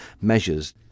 measures